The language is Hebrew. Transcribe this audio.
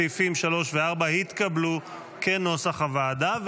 סעיפים 3 ו-4 התקבלו כנוסח הוועדה.